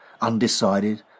undecided